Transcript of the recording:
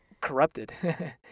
corrupted